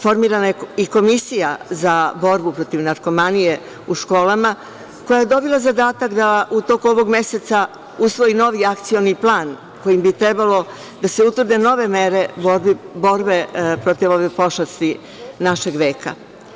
Formirana je komisija za borbu protiv narkomanije u školama, koja je dobila zadatak da u toku ovog meseca usvoji novi akcioni plan, kojim bi trebalo da se utvrde nove mere borbe protiv ove pošasti našeg veka.